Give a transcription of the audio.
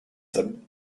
them